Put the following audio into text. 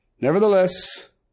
Nevertheless